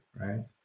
Right